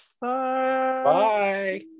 Bye